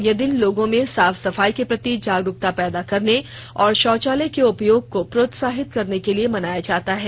यह दिन लोगों में साफ सफाई के प्रति जागरूकता पैदा करने और शौचालय के उपयोग को प्रोत्साहित करने के लिए मनाया जाता है